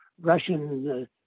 Russian